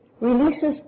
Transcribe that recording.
releases